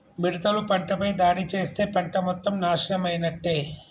మిడతలు పంటపై దాడి చేస్తే పంట మొత్తం నాశనమైనట్టే